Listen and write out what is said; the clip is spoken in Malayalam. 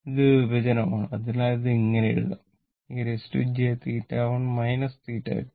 ഇത് വിഭജനമാണ് അതിനാൽ ഇത് ഇങ്ങിനെ എഴുതാം e jθ1 θ2